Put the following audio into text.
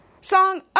Song